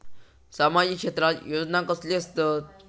सामाजिक क्षेत्रात योजना कसले असतत?